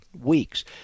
weeks